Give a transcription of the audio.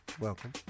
Welcome